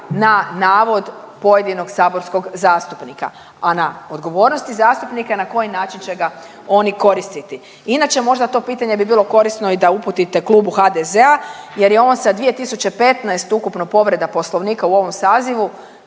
na navod pojedinog saborskog zastupnika, a na odgovornosti zastupnika je na koji način će ga oni koristiti. Inače, možda to pitanje bi bilo korisno i da uputite klubu HDZ-a jer je on sa 2015 ukupno povreda Poslovnika u ovom sazivu,